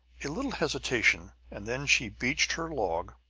a little hesitation, and then she beached her log,